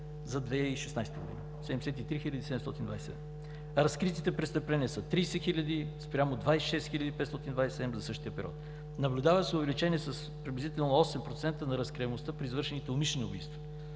за 2016 г.; разкритите престъпления са 30 хиляди спрямо 26 527 за същия период. Наблюдава се увеличение с приблизително 8% на разкриваемостта при извършените умишлени убийства.